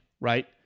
right